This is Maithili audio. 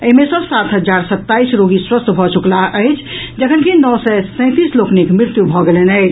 एहि मे सँ सात हजार सत्ताईस रोगी स्वस्थ भऽ चुकलाह अछि जखनकि नओ सय सैंतीस लोकनिक मृत्यु भऽ गेलनि अछि